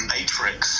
Matrix